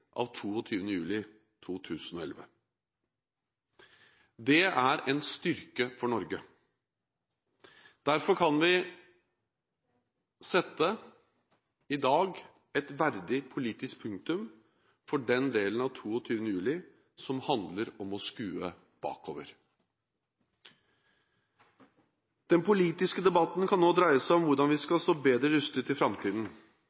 av 22. juli 2011. Det er en styrke for Norge. Derfor kan vi i dag sette et verdig politisk punktum for den delen av 22. juli som handler om å skue bakover. Den politiske debatten kan nå dreie seg om hvordan vi